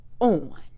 on